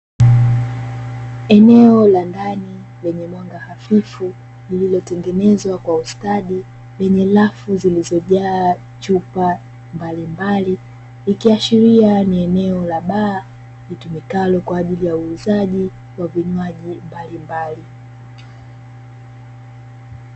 Eneo la ndani lenye mwanga hafifu, lililotengenezwa kwa ustadi lenye lafu zilizojaa chupa mbalimbali, ikiashiria ni eneo la baa litumikalo kwaajili ya uuzaji wa vinywa mbalimbali.